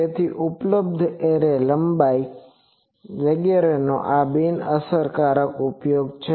તેથી ઉપલબ્ધ એરે લંબાઈ વગેરેનો આ બિનઅસરકારક ઉપયોગ છે